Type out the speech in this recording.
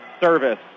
service